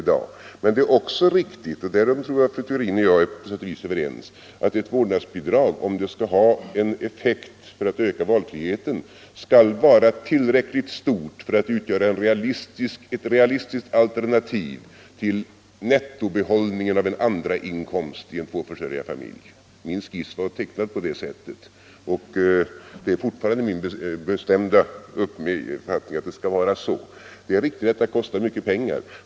Det är emellertid också riktigt — och därom tror jag att fru Theorin och jag på sätt och vis är överens — att ett vårdnadsbidrag, om det skall ha en effekt för att öka valfriheten, skall vara tillräckligt stort för att utgöra ett realistiskt alternativ till nettobehållningen av en andrainkomst i en tvåförsörjarefamilj. Min skiss var tecknad på det sättet, och det är fortfarande min bestämda uppfattning att det skall vara så. Det är riktigt att detta kostar pengar.